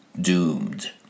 doomed